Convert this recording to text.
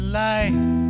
life